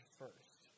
first